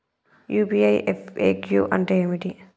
UPI FAQ అంటే ఏమిటి?